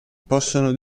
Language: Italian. possono